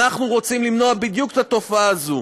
אנחנו רוצים למנוע בדיוק את התופעה הזאת.